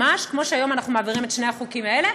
ממש כמו שהיום אנחנו מעבירים את שני החוקים האלה,